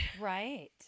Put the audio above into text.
right